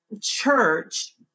church